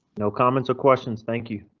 no comments or questions. thank you,